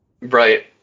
Right